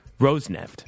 Rosneft